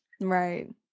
right